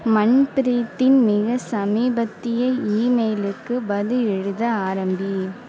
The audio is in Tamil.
மன்ப்ரீத்தின் மிகச் சமீபத்திய இமெயிலுக்குப் பதில் எழுத ஆரம்பி